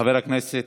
חבר הכנסת